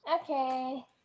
Okay